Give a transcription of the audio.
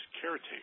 caretaker